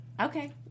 okay